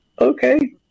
Okay